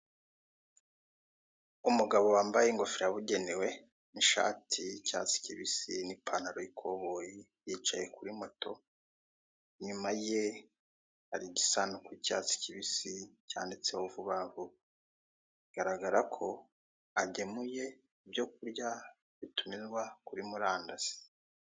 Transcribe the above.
Umugabo wambaye ingofero yabugenewe n'ishati y'icyatsi kibisi n'ipantalo y'ikoboyi yicaye kuri moto, inyuma ye hari igisanduku k'icyatsi kibisi cyanditseho vubavuba bigaragara ko agemuye ibyo kurya bitumirwa kuri murandasi.